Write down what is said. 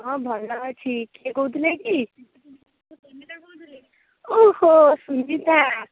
ହଁ ଭଲ ଅଛି କିଏ କହୁଥିଲେ କି ଓ ହୋ ସୁନିତା